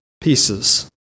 pieces